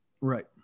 Right